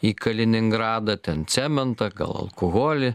į kaliningradą ten cementą gal alkoholį